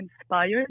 inspired